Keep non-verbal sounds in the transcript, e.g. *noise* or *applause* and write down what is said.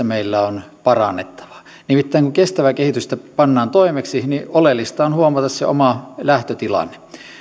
*unintelligible* meillä on parannettavaa nimittäin kun kestävää kehitystä pannaan toimeksi oleellista on huomata se oma lähtötilanne